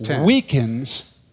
weakens